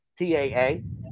TAA